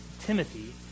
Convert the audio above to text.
Timothy